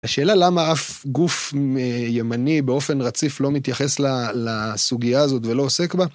השאלה למה אף גוף ימני באופן רציף לא מתייחס לסוגיה הזאת ולא עוסק בה...